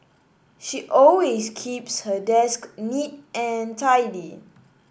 she always keeps her desk neat and tidy